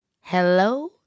Hello